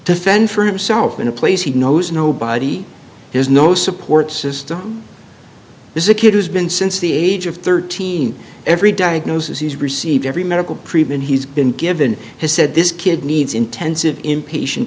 to fend for himself in a place he knows nobody has no support system there's a kid who's been since the age of thirteen every diagnosis he's received every medical treatment he's been given has said this kid needs intensive inpatient